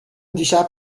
دیشب